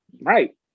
Right